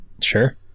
Sure